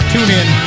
TuneIn